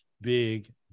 big